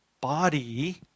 body